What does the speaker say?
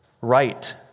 right